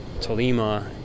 tolima